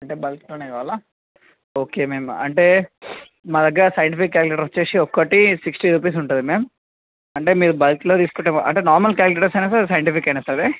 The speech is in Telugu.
అంటే బల్క్లో కావాలా ఓకే మ్యామ్ అంటే మా దగ్గర సైంటిఫిక్ క్యాల్కులేటర్ వచ్చి ఒకటి సిక్స్టీ రూపీస్ ఉంటుంది మ్యామ్ అంటే మీరు బల్క్లో తీసుకుంటే అంటే నార్మల్ క్యాల్కులేటర్ అయిన సరే సైంటిఫిక్ అయిన సరే